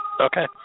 Okay